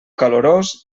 calorós